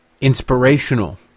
inspirational